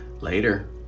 later